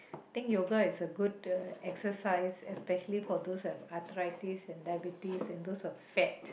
think yoga is a good exercise especially for those have arthritis and diabetes and those who are fat